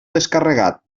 descarregat